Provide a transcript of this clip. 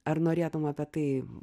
ar norėtumei apie tai